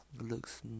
Looks